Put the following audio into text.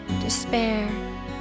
despair